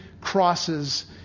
crosses